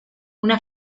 una